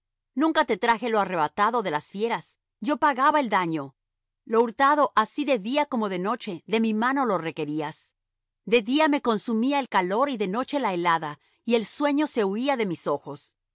nunca te traje lo arrebatado por las fieras yo pagaba el daño lo hurtado así de día como de noche de mi mano lo requerías de día me consumía el calor y de noche la helada y el sueño se huía de mis ojos